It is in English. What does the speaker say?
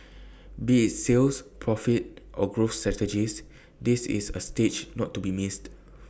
be IT sales profit or growth strategies this is A stage not to be missed